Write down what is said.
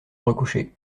recoucher